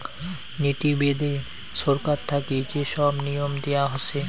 নীতি বেদে ছরকার থাকি যে সব নিয়ম দেয়া হসে